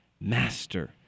Master